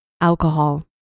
Alcohol